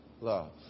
love